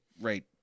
right